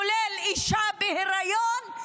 כולל אישה בהיריון.